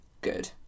good